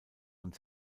und